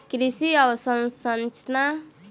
कृषि अवसंरचना कोषक कारणेँ ओ कृषि विस्तार कअ सकला